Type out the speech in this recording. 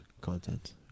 content